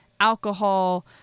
alcohol